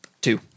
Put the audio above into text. Two